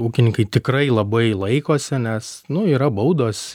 ūkininkai tikrai labai laikosi nes nu yra baudos